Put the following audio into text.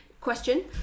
question